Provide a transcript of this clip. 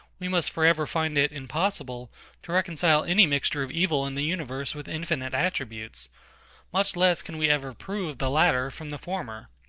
we must for ever find it impossible to reconcile any mixture of evil in the universe with infinite attributes much less can we ever prove the latter from the former.